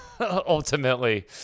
ultimately